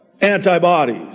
antibodies